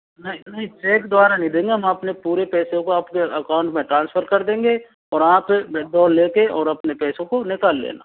नहीं नहीं चेक द्वारा नहीं देंगे हम अपने पूरे पैसे को आपके अकाउंट में ट्रांसफर कर देंगे और आप वो लेके अपने पूरे पैसे को निकाल लेना